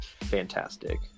fantastic